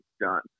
done